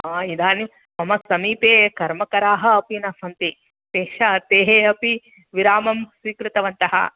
आ इदानीं मम समीपे कर्मकराः अपि न सन्ति तेषा तेः अपि विरामं स्वीकृतवन्तः